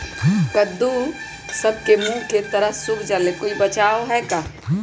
कददु सब के मुँह के तरह से सुख जाले कोई बचाव है का?